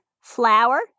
flour